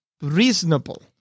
reasonable